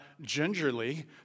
gingerly